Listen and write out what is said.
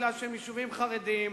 כי הן יישובים חרדיים.